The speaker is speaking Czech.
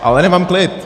Ale nemám klid.